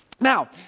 Now